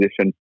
position